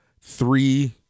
three